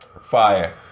Fire